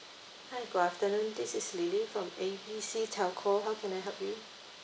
hi good afternoon this is lily from A B C telco how can I help you